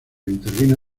intervino